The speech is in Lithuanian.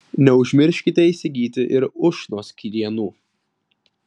neužmirškite įsigyti ir ušnos krienų